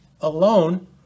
alone